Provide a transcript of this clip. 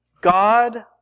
God